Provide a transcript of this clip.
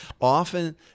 Often